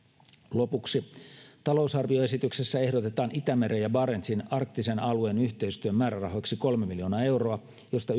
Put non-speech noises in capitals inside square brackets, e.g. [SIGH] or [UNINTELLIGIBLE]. lopuksi talousarvioesityksessä ehdotetaan itämeren ja barentsin arktisen alueen yhteistyön määrärahoiksi kolme miljoonaa euroa josta [UNINTELLIGIBLE]